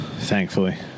Thankfully